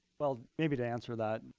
well, maybe to answer that,